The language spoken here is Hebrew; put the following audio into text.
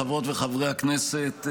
חברות וחברי הכנסת,